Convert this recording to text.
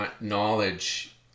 knowledge